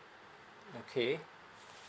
okay